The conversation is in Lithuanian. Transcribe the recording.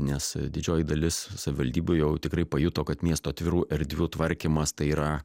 nes didžioji dalis savivaldybių jau tikrai pajuto kad miesto atvirų erdvių tvarkymas tai yra